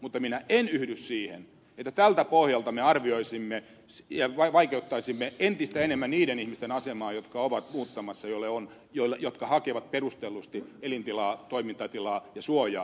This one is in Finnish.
mutta minä en yhdy siihen että tältä pohjalta me arvioisimme ja vaikeuttaisimme entistä enemmän niiden ihmisten asemaa jotka ovat muuttamassa jotka hakevat perustellusti elintilaa toimintatilaa ja suojaa naapurimaistamme